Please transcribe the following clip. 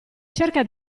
cerca